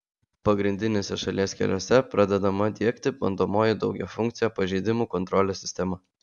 pagrindiniuose šalies keliuose pradedama diegti bandomoji daugiafunkcė pažeidimų kontrolės sistema